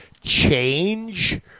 change